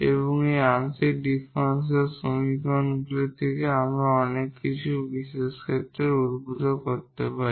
এবং এই আংশিক ডিফারেনশিয়াল সমীকরণগুলি থেকে আরও অনেক বিশেষ ক্ষেত্রে উদ্ভূত হতে পারে